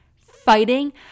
fighting